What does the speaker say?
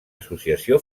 associació